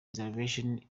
reservation